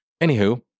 Anywho